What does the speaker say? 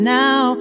now